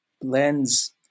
blends